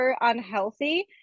unhealthy